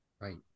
Right